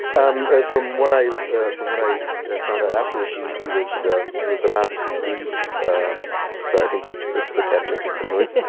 um ah from what i from what i found out afterwards, he was he was allowed to leave um so i think that's that's the kept making some noise yeah